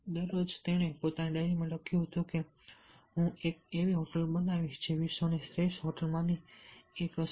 દરરોજ તેણે પોતાની ડાયરીમાં લખ્યું હતું કે હું એક એવી હોટેલ બનાવીશ જે વિશ્વની શ્રેષ્ઠ હોટલમાંની એક હશે